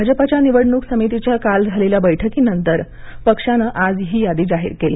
भाजपाच्या निवडणूक समितीच्या काल झालेल्या बैठकीनंतर आज पक्षानं आज यादी जाहीर केली